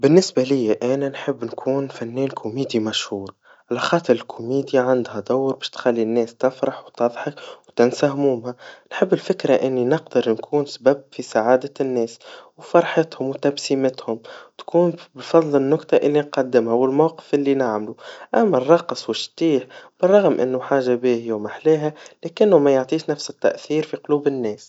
بالنسبا ليا أنا, نحب نكون فنان كوميدي مشهور, على خاطر الكوميديا عندها دور باش تخلي الناس تفرح, وتضحك, وتنسى همومها, نحب الفكرا إني نقدر نكون سبب في سعادة الناس, وفرحتهم وتبسيمتهم, وتكون بفضل النكتا اللي قدمها والموقف اللي نعمله, أما الرقص والشطيح, فبالرغم إنه حاجا باهيا ومحلاها, لكنه ما يعطيش نفس التأثير في قلوب الناس.